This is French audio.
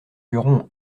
luron